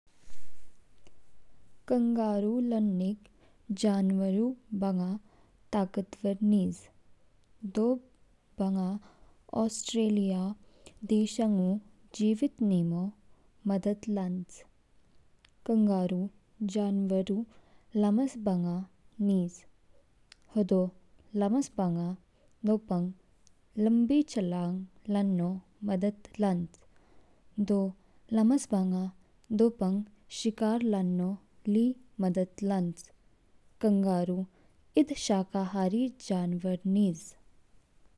कंगारू लोनिग जनवरू बांगा ताकतवर निज। दो बांगा दोपंग ऑस्ट्रेलिया देशांगो जीवित नीमो मदद लॉन्च। कंगारू जनवरू लामस बांगा निज। होदो लामस बांगा दोपंग लम्बी छलांग लानो मदद लॉन्च। दो लामस बांगा दोपंग शिकार लानों ली मदद लॉन्च। कंगारू इद शाकाहारी जानवर निज।